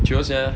chio sia